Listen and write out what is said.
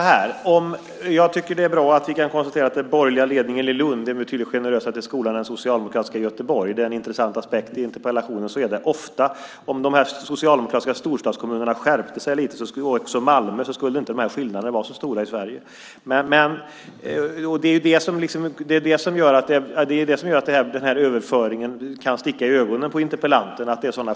Herr talman! Jag tycker att det är bra att vi kan konstatera att den borgerliga ledningen i Lund är betydligt generösare till skolan än man är i socialdemokratiska Göteborg. Det är en intressant aspekt i interpellationen. Så är det ofta. Om de här socialdemokratiska storstadskommunerna skärpte sig lite, som Malmö, skulle inte de här skillnaderna vara så stora i Sverige. Att det är sådana skillnader i skolpengsnivåer gör att den här överföringen kan sticka i ögonen på interpellanten.